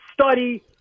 study